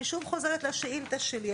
אני שוב חוזרת לשאילתה שלי.